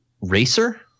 racer